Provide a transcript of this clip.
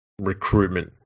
recruitment